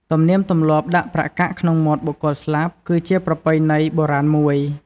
ទំនៀមទំលាប់ដាក់ប្រាក់កាក់ក្នុងមាត់បុគ្គលស្លាប់ គឺជាប្រពៃណីបុរាណមួយ។